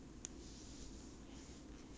then that is motivation to keep in shape